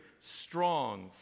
strong